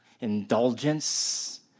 indulgence